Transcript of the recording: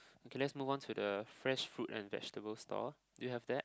okay let's move on to the fresh fruit and vegetable stall do you have that